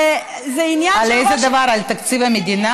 אבל עדיין זה לא מושחת, אני מצטערת.